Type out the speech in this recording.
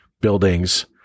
buildings